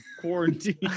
quarantine